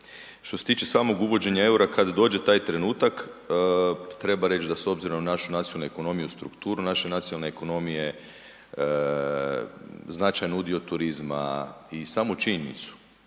Što se tiče samog uvođenja eura kad dođe taj trenutak, treba reći da s obzirom na našu nacionalnu ekonomiju i strukturu, naše nacionalne ekonomije značajni udio turizma i samu činjenicu,